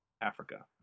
Africa